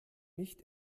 nicht